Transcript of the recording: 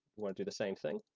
won't do the same thing.